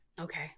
Okay